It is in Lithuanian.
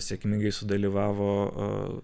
sėkmingai sudalyvavo